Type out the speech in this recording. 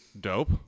Dope